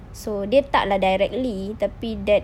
dia tak lah directly tapi that